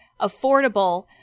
affordable